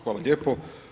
Hvala lijepo.